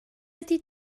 ydy